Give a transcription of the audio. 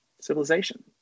civilization